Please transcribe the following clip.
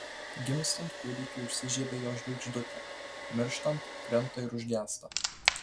gimstant kūdikiui užsižiebia jo žvaigždutė mirštant krenta ir užgęsta